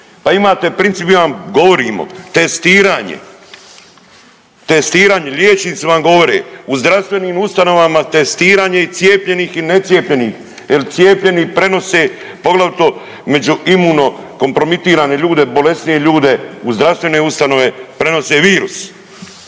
Pa imate principijelan, govorimo testiranje, testiranje, liječnici vam govore u zdravstvenim ustanovama testiranje i cijepljenih i necijepljenih jel cijepljeni prenose poglavito među imuno kompromitirane ljude, bolesnije ljude u zdravstvene ustanove prenose virus,